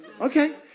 Okay